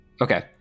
Okay